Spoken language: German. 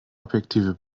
objektive